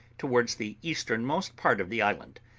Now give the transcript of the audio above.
towards the easternmost part of the island.